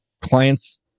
clients